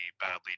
badly